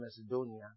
Macedonia